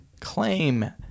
claim